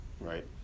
right